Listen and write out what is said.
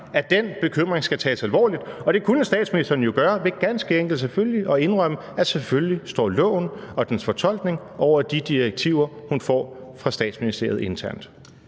og embedsapparatet, skal tages alvorligt. Det kunne statsministeren jo gøre ved ganske enkelt at indrømme, at selvfølgelig står loven og dens fortolkning over de direktiver, hun får fra Statsministeriet internt.